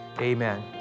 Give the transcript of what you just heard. amen